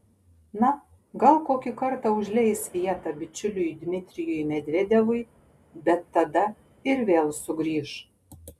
na gal kokį kartą užleis vietą bičiuliui dmitrijui medvedevui bet tada ir vėl sugrįš